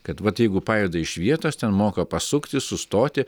kad vat jeigu pajuda iš vietos ten moka pasukti sustoti